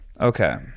Okay